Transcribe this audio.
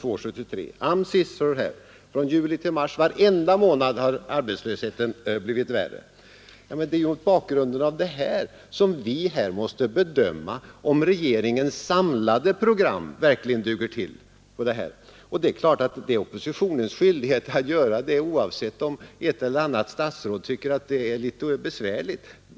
För varje månad från juli till mars har arbetslösheten blivit värre. Det är mot bakgrunden därav som vi måste bedöma om regeringens samlade program verkligen duger. Detta är oppositionens skyldighet, oavsett om ett eller annat statsråd tycker att det känns besvärande.